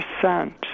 percent